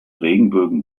regenbögen